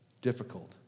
Difficult